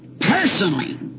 personally